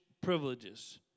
privileges